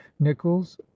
Nichols